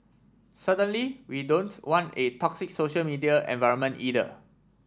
certainly we don't want a toxic social media environment either